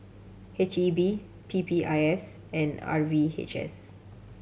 H E B P P I S and R V H S